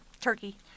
Turkey